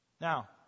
Now